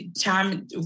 time